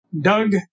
Doug